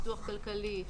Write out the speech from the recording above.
פיתוח כלכלי,